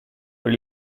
per